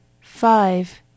Five